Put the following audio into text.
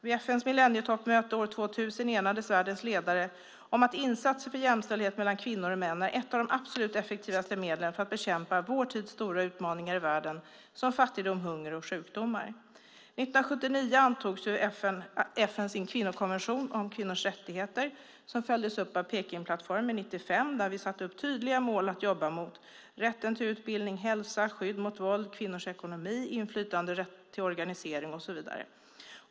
Vid FN:s millennietoppmöte år 2000 enades världens ledare om att insatser för jämställdhet mellan kvinnor och män är ett av de absolut effektivaste medlen för att bekämpa vår tids stora utmaningar i världen, till exempel fattigdom, hunger och sjukdomar. År 1979 antog FN sin kvinnokonvention om kvinnors rättigheter, som följdes upp av Pekingplattformen 1995, där vi satte upp tydliga mål att jobba mot. Det var rätten till utbildning, hälsa, skydd mot våld, kvinnors ekonomi, inflytande, rätt till organisering och så vidare.